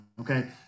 okay